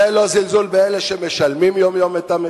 זה לא זלזול באלה שמשלמים יום-יום את המחיר?